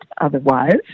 Otherwise